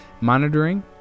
Monitoring